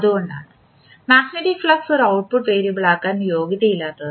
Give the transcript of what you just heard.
അതുകൊണ്ടാണ് magnetic flux ഒരു output വേരിയബിളാകാൻ യോഗ്യതയില്ലാത്തത്